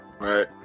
right